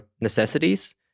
necessities